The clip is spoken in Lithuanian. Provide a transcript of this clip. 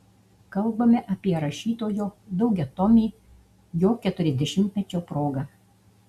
kalbame apie rašytojo daugiatomį jo keturiasdešimtmečio proga